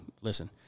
listen